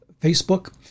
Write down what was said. Facebook